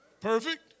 Perfect